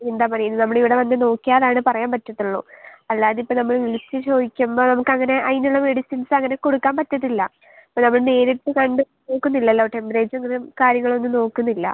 എന്താ പറയുക നമ്മളിവിടെ വന്ന് നോക്കിയാലാണ് പറയാൻ പറ്റത്തോളു അല്ലാതെ ഇപ്പോൾ വിളിച്ച് ചോദിക്കുമ്പോൾ നമുക്കെങ്ങനെ മെഡിസിൻ നമുക്ക് അങ്ങനെ കൊടുക്കാൻ പറ്റത്തില്ല അപ്പോൾ നമ്മൽ നേരിട്ട് കണ്ട് നോക്കുന്നില്ലല്ലോ ടെമ്പറേച്ചർ കാര്യങ്ങളൊന്നും നോക്കുന്നില്ല